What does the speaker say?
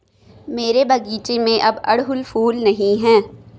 मेरे बगीचे में अब अड़हुल फूल नहीं हैं